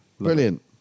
brilliant